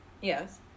Yes